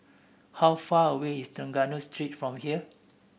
how far away is Trengganu Street from here